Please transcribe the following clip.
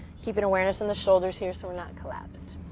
keeping awareness in the shoulders here so we're not collapsed.